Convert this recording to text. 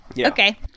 Okay